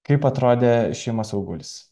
kaip atrodė šimas augulis